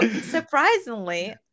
surprisingly